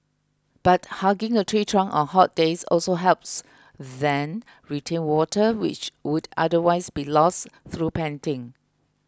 but hugging a tree trunk on hot days also helps then retain water which would otherwise be lost through panting